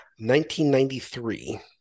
1993